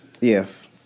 Yes